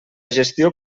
gestió